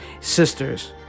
sisters